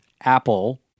Apple